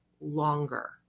longer